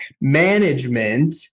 management